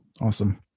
Awesome